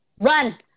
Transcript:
Run